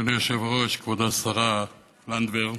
אדוני היושב-ראש, כבוד השרה לנדבר,